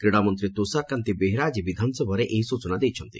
କ୍ରୀଡାମନ୍ତୀ ତୁଷାରକାନ୍ତି ବେହେରା ଆକି ବିଧାନସଭାରେ ଏହି ସ୍ଚନା ଦେଇଛନ୍ତି